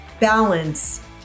balance